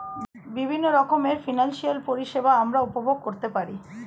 বিভিন্ন রকমের ফিনান্সিয়াল পরিষেবা আমরা উপভোগ করতে পারি